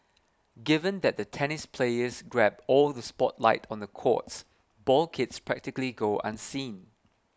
given that the tennis players grab all the spotlight on the courts ball kids practically go unseen